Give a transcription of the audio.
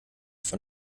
von